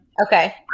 Okay